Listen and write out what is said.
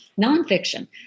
nonfiction